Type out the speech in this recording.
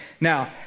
now